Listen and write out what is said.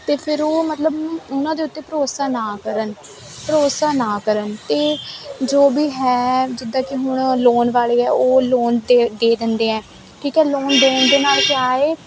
ਅਤੇ ਫਿਰ ਉਹ ਮਤਲਬ ਉਹਨਾਂ ਦੇ ਉੱਤੇ ਭਰੋਸਾ ਨਾ ਕਰਨ ਭਰੋਸਾ ਨਾ ਕਰਨ ਅਤੇ ਜੋ ਵੀ ਹੈ ਜਿੱਦਾਂ ਕਿ ਹੁਣ ਲੋਨ ਵਾਲੇ ਆ ਉਹ ਲੋਨ ਦੇ ਦਿੰਦੇ ਆ ਠੀਕ ਹੈ ਲੋਨ ਦੇਣ ਦੇ ਨਾਲ ਕਿਆ ਏ